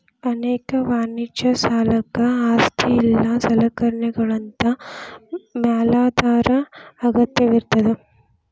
ಅನೇಕ ವಾಣಿಜ್ಯ ಸಾಲಕ್ಕ ಆಸ್ತಿ ಇಲ್ಲಾ ಸಲಕರಣೆಗಳಂತಾ ಮ್ಯಾಲಾಧಾರ ಅಗತ್ಯವಿರ್ತದ